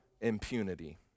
impunity